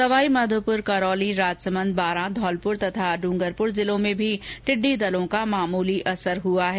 सवाईमाधोपुर करौली राजसमंद बारां धौलपुर तथा ड्रंगरपुर जिलों में भी टिड्डी दलों का मामूली असर हुआ है